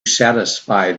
satisfy